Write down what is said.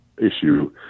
issue